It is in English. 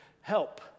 help